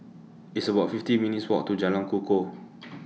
It's about fifty minutes' Walk to Jalan Kukoh